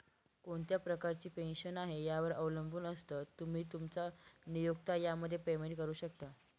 कोणत्या प्रकारची पेन्शन आहे, यावर अवलंबून असतं, तुम्ही, तुमचा नियोक्ता यामध्ये पेमेंट करू शकता